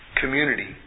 community